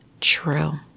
true